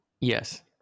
Yes